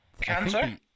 Cancer